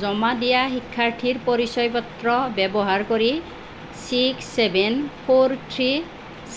জমা দিয়া শিক্ষাৰ্থীৰ পৰিচয় পত্ৰ ব্যৱহাৰ কৰি ছিক্স ছেভেন ফ'ৰ থ্ৰী